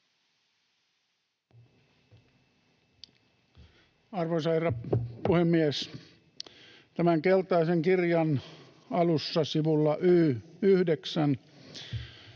Arvoisa herra puhemies! Tämän keltaisen kirjan alussa sivulla Y